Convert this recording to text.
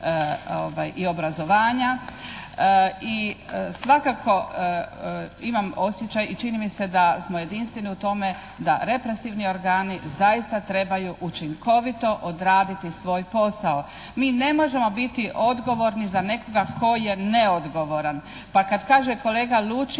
i obrazovanja. I svakako imam osjećaj i čini mi se da smo jedinstveni u tome da represivni organi zaista trebaju učinkovito odraditi svoj posao. Mi ne možemo biti odgovorni za nekoga tko je neodgovoran. Pa kad kaže kolega Lučin